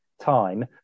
time